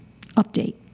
update